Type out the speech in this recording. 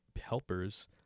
helpers